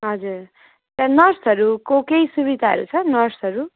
हजुर त्यहाँ नर्सहरूको केही सुविधाहरू छ नर्सहरू